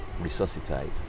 resuscitate